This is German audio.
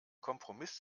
kompromiss